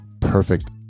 perfect